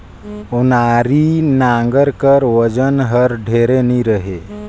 ओनारी नांगर कर ओजन हर ढेर नी रहें